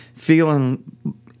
Feeling